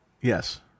Yes